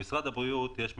למשרד הבריאות יש מנטרה: